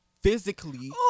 physically